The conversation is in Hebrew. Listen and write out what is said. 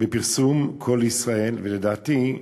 בפרסום ב"קול ישראל", ולדעתי,